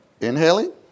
inhaling